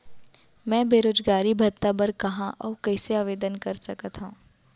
मैं बेरोजगारी भत्ता बर कहाँ अऊ कइसे आवेदन कर सकत हओं?